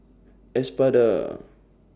Espada